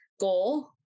goal